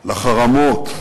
לחרמות,